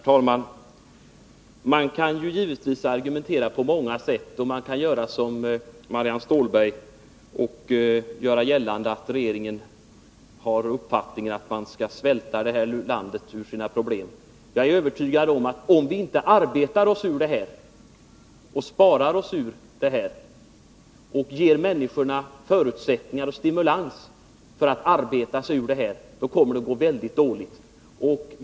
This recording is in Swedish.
Herr talman! Man kan givetvis argumentera på många sätt, och man kan som Marianne Stålberg göra gällande att regeringen har uppfattningen att man skall svälta det här landet ur dess problem. Jag är övertygad om att om vi inte arbetar och sparar oss ur problemen, om vi inte ger människorna förutsättningar och stimulans för att arbeta sig ur dem, då kommer det att gå väldigt illa.